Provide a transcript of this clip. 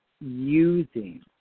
using